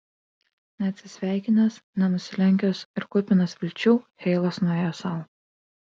neatsisveikinęs nenusilenkęs ir kupinas vilčių heilas nuėjo sau